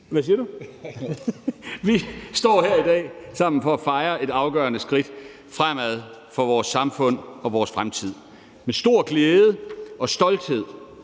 os ikke. Vi står her i dag sammen for at fejre et afgørende skridt fremad for vores samfund og vores fremtid. Med stor glæde og stolthed